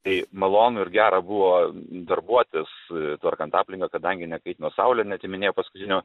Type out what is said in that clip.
tai malonu ir gera buvo darbuotis tvarkant aplinką kadangi nekaitino saulė neatiminėjo paskutinio